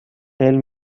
tell